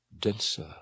denser